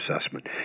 assessment